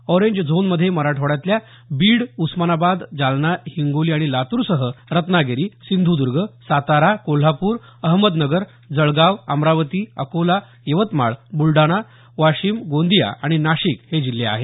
orange झोनमध्ये मराठवाड्यातल्या बीड उस्मानाबाद जालना हिंगोली आणि लातूरसह रत्नागिरी सिंधुद्र्ग सातारा कोल्हापूर अहमदनगर जळगांव अमरावती अकोला यवतमाळ बुलढाणा वाशीम गोंदिया आणि नाशिक हे जिल्हे आहेत